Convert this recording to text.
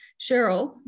Cheryl